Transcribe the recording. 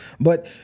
but-